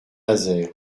nazaire